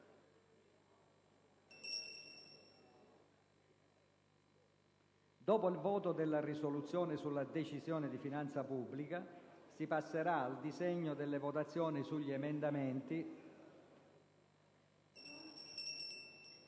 Dopo il voto della risoluzione sulla Decisione di finanza pubblica, si passerà al seguito delle votazioni sugli emendamenti